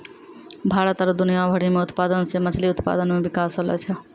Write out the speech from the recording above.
भारत आरु दुनिया भरि मे उत्पादन से मछली उत्पादन मे बिकास होलो छै